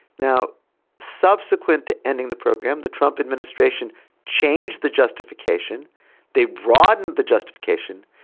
now subsequent to ending the program the trump administration changed the justification they broadened the justification.